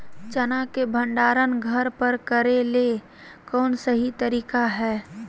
चना के भंडारण घर पर करेले कौन सही तरीका है?